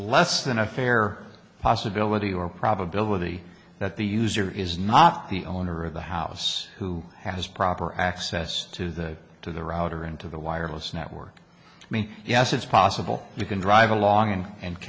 less than a fair possibility or probability that the user is not the owner of the house who has proper access to the to the router into the wireless network me yes it's possible you can drive along and and